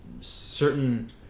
certain